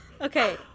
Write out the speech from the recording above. okay